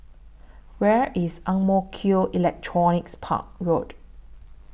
Where IS Ang Mo Kio Electronics Park Road